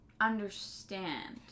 understand